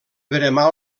veremar